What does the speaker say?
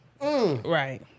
Right